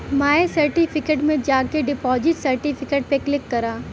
माय certificate में जाके deposit certificate पे क्लिक करा